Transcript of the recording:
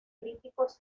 críticos